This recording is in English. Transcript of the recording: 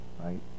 right